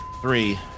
three